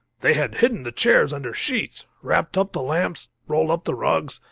they had hidden the chairs under sheets, wrapped up the lamps, rolled up the rugs.